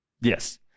Yes